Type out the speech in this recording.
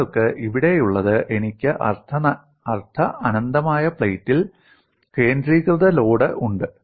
നിങ്ങൾക്ക് ഇവിടെയുള്ളത് എനിക്ക് അർദ്ധ അനന്തമായ പ്ലേറ്റിൽ കേന്ദ്രീകൃത ലോഡ് ഉണ്ട്